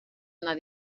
anar